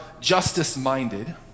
justice-minded